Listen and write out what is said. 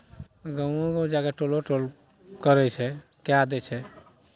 गाँवो गाँव जा कऽ टोलो टोल करै छै कए दै छै